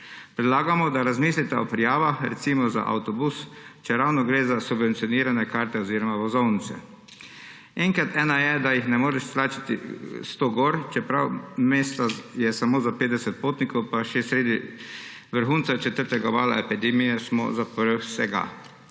Predlagamo, da razmislite o prijavah recimo za avtobus, čeravno gre za subvencionirane karte oziroma vozovnice. En krat ena je, da jih ne moreš stlačiti 100 notri, čeprav je mest samo za 50 potnikov, pa še sredi vrhunca četrtega vala epidemije smo zaprli vse.